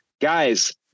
Guys